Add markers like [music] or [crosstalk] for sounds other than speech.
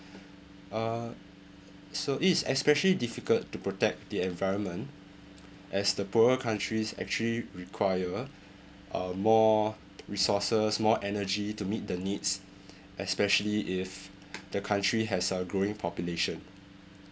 uh so it is especially difficult to protect the environment [noise] as the poorer countries actually require uh more resources more energy to meet the needs [noise] especially if the country has a growing population